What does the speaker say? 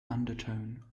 undertone